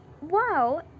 wow